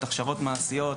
הכשרות מעשיות,